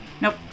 Nope